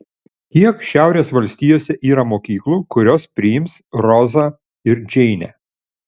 kiek šiaurės valstijose yra mokyklų kurios priims rozą ir džeinę